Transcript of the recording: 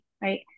right